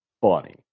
funny